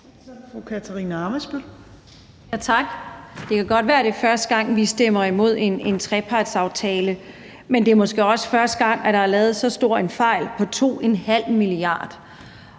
Tak. Det kan godt være, det er første gang, vi stemmer imod en trepartsaftale, men det er måske også første gang, at der er lavet så stor en fejl på 2,5 mia.